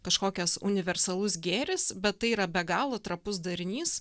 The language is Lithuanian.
kažkokias universalus gėris bet tai yra be galo trapus darinys